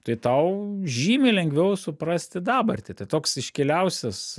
tai tau žymiai lengviau suprasti dabartį tai toks iškiliausias